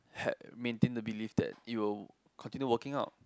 had maintain to believe that you continue working out